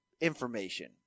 information